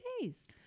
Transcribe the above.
days